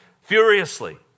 furiously